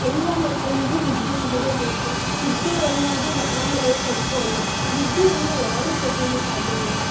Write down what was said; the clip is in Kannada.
ಎಲ್ಲ ಮಕ್ಕಳಿಗೂ ವಿದ್ಯೆ ಸಿಗಲೇಬೇಕು ವಿದ್ಯೆ ಅನ್ನುವುದು ಯಾರ ಮನೆಯ ಸೊತ್ತು ಅಲ್ಲ ವಿದ್ಯೆಯನ್ನು ಯಾರೂ ಕದಿಯಲು ಸಾಧ್ಯವಿಲ್ಲ